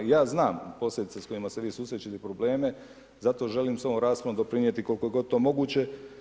I ja znam posljedice s kojima se vi susrećete i probleme zato želim s ovom raspravom doprinijeti koliko je god to moguće.